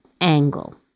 angle